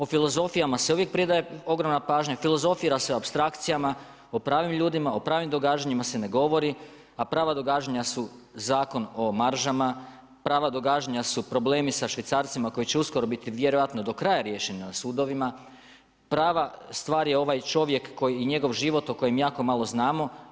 O filozofijama se uvijek pridaje ogromna pažnja, filozofira se o apstrakcijama, o pravim ljudima, o pravim događanjima se ne govori, a prav događanja su Zakon o maržama, prava događanja su problemi sa švicarcima, koji će uskoro biti vjerojatno do kraja riješeni na sudovima, prava, stvar je ovaj čovjek i njegov život o kojem jako malo znamo.